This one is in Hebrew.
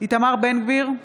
איתמר בן גביר,